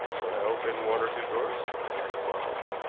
may i open one or two drawers? asked quarles.